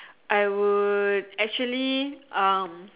I would actually um